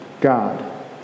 God